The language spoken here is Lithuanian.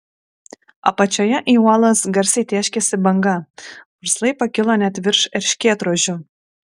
apačioje į uolas garsiai tėškėsi banga purslai pakilo net virš erškėtrožių